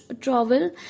travel